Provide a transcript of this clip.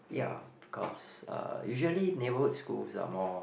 ya because uh usually neighborhood schools are more